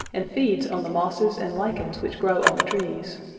and feeds on the mosses and lichens which grow on the trees.